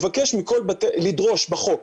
לדרוש בחוק